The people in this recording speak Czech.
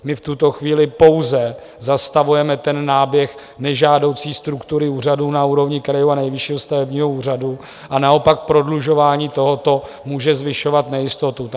My v tuto chvíli pouze zastavujeme náběh nežádoucí struktury úřadů na úrovni krajů a Nejvyššího stavebního úřadu a naopak prodlužování tohoto může zvyšovat nejistotu.